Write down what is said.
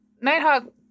Nighthawk